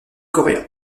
coréen